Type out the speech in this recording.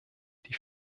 die